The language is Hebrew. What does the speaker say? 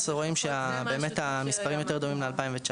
ב-2018 באמת רואים שהמספרים יותר דומים ל-2019.